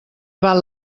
val